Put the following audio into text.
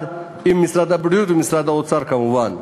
עם משרד הבריאות ומשרד האוצר כמובן.